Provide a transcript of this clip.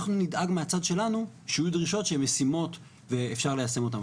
אנחנו נדאג מהצד שלנו שיהיו דרישות שהן ישימות ואפשר ליישם אותן.